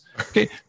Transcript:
Okay